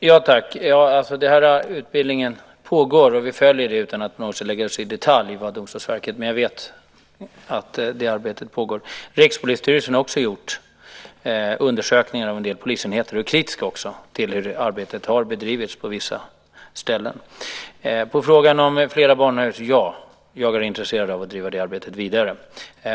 Fru talman! Utbildningen pågår, och vi följer den utan att i detalj lägga oss i vad Domstolsverket gör, men jag vet att det arbetet pågår. Rikspolisstyrelsen har också gjort undersökningar av en del polisenheter och är kritisk till hur arbetet har bedrivits på vissa ställen. På frågan om jag jobbar för flera barnahus är svaret ja. Jag är intresserad av att driva det arbetet vidare.